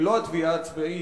ולא התביעה הצבאית,